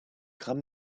gram